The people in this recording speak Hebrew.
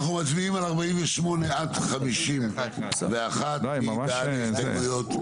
אנחנו מצביעים על 48 עד 51. מי בעד ההסתייגויות?